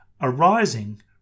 Arising